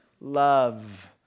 love